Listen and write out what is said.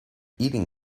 eating